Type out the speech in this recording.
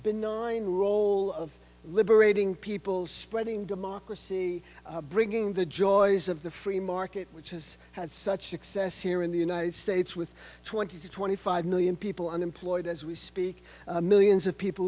role of liberating people spreading democracy bringing the joys of the free market which has had such success here in the united states with twenty to twenty five million people unemployed as we speak millions of people